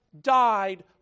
died